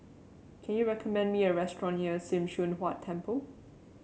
can you recommend me a restaurant near Sim Choon Huat Temple